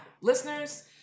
Listeners